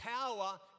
power